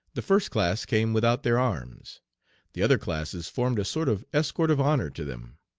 the first class came without their arms the other classes formed a sort of escort of honor to them.